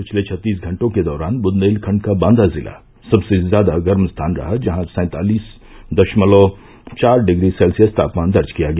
पिछले छत्तीस घंटे के दौरान बुन्देलखंड का बांदा जिला सबसे ज्यादा गर्म स्थान रहा जहां सैंतालीस दशमलव चार डिग्री सेल्सियस तापमान दर्ज किया गया